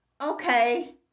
Okay